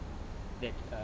that err